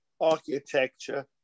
architecture